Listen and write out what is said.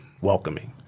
welcoming